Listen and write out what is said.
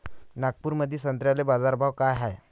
नागपुरामंदी संत्र्याले बाजारभाव काय हाय?